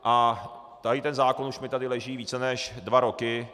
A tady ten zákon už mi tady leží více než dva roky.